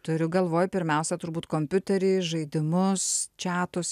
turiu galvoje pirmiausia turbūt kompiuterinius žaidimus